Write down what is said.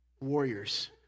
warriors